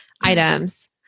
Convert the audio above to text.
items